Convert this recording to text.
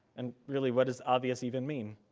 and really what does obvious even mean?